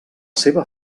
seva